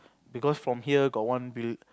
because from here got one bul~